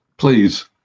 please